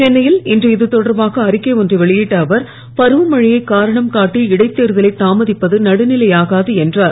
சென்னையில் இன்று இது தொடர்பாக அறிக்கை ஒன்றை வெளியிட்ட அவர் பருவமழையை காரணம் காட்டி இடைத் தேர்தலை தாமதிப்பது நடுநிலையாகாது என்றார்